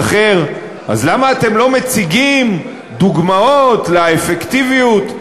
אחר: אז למה אתם לא מציגים דוגמאות לאפקטיביות?